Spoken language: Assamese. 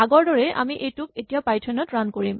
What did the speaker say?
আগৰদৰেই আমি এইটোক এতিয়া পাইথন ত ৰান কৰিম